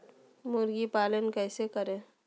मुर्गी पालन कैसे करें?